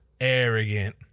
arrogant